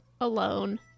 alone